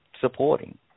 supporting